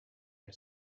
are